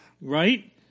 Right